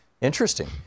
interesting